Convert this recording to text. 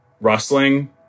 rustling